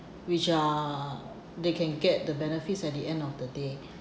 which uh they can get the benefits at the end of the day